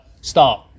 start